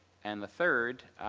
and the third,